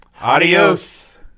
Adios